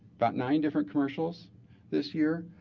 about nine different commercials this year.